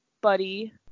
buddy